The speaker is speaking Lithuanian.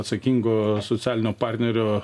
atsakingo socialinio partnerio